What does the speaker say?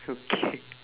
okay